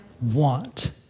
want